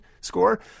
score